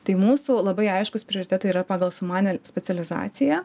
tai mūsų labai aiškūs prioritetai yra pagal sumanią specializaciją